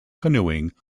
canoeing